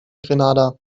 grenada